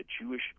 Jewish